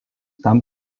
tam